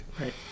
Right